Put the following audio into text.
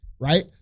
right